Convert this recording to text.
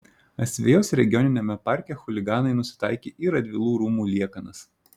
asvejos regioniniame parke chuliganai nusitaikė į radvilų rūmų liekanas